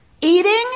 Eating